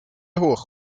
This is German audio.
hoch